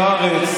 למה אתה